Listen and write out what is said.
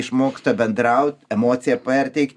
išmoksta bendraut emociją perteikt